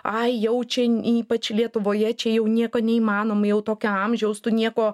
ai jau čia ypač lietuvoje čia jau nieko neįmanoma jau tokio amžiaus tu nieko